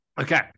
okay